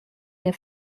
que